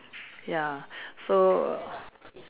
ya so